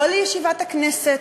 או לישיבת הכנסת,